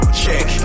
check